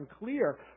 unclear